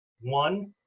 one